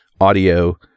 audio